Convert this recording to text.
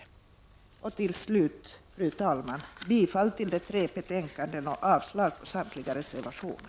Till sist, fru talman, yrkar jag bifall till hemställan i de tre betänkandena och avslag på samtliga reservationer.